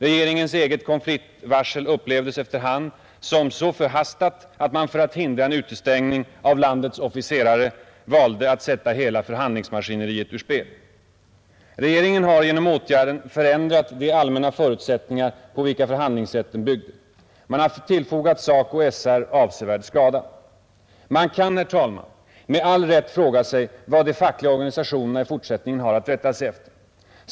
Regeringens eget konfliktvarsel upplevdes efter hand som så förhastat att man för att hindra en utestängning av landets officerare valde att sätta hela förhandlingsmaskineriet ur spel. Regeringen har genom åtgärden förändrat de allmänna förutsättningar på vilka förhandlingsrätten byggde. Man har tillfogat SACO och SR avsevärd skada. Man kan, herr talman, med all rätt fråga sig vad de fackliga organisationerna i fortsättningen har att rätta sig efter.